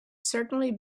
certainly